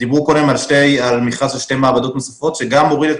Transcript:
דיברו קודם על מכרז של שתי מעבדות נוספות שגם מוריד את